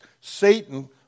Satan